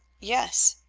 yes.